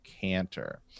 canter